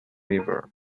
river